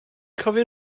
cofio